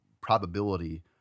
probability